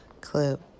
clip